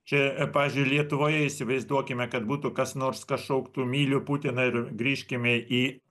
čia pavyzdžiui ir lietuvoje įsivaizduokime kad būtų kas nors kas šauktų myliu putiną ir grįžkime į